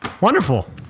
Wonderful